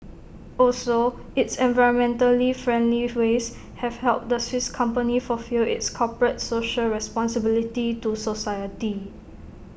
also its environmentally friendly ways have helped the Swiss company fulfil its corporate social responsibility to society